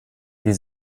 wir